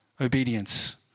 Obedience